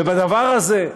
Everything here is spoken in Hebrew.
ובדבר הזה,